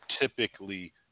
typically